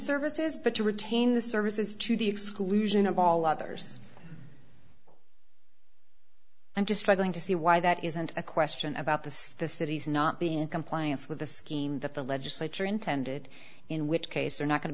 services but to retain the services to the exclusion of all others i'm just trying to see why that isn't a question about this the city's not being compliance with the scheme that the legislature intended in which case they're not going to